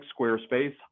Squarespace